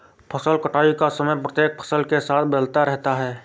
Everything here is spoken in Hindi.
फसल कटाई का समय प्रत्येक फसल के साथ बदलता रहता है